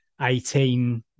18